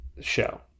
show